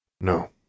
No